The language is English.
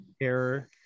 Error